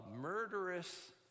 murderous